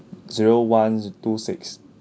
zero one two six